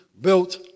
built